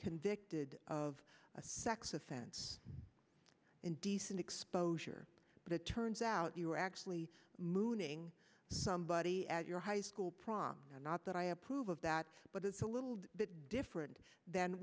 convicted of a sex offense indecent exposure but it turns out you were actually mooning somebody at your high school prom and not that i approve of that but it's a little bit different than